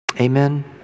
Amen